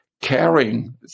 caring